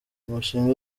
umushinga